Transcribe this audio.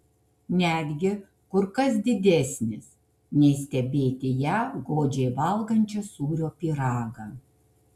netgi kur kas didesnis nei stebėti ją godžiai valgančią sūrio pyragą